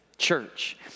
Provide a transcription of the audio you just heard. church